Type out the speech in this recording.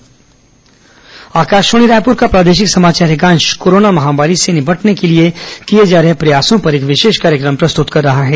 corona विशेष कार्यक्रम आकाशवाणी रायपुर का प्रादेशिक समाचार एकांश कोरोना महामारी से निपटने के लिए किए जा रहे प्रयासों पर एक विशेष कार्यक्रम प्रस्तत कर रहा है